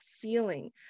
feeling